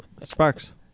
Sparks